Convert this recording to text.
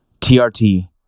TRT